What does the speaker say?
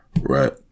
Right